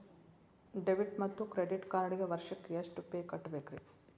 Debit ಮತ್ತು credit ಕಾರ್ಡ್ಗೆ ವರ್ಷಕ್ಕ ಎಷ್ಟ ಫೇ ಕಟ್ಟಬೇಕ್ರಿ?